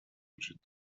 وجود